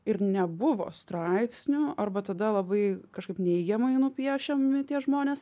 ir nebuvo straipsnių arba tada labai kažkaip neigiamai nupiešiami tie žmonės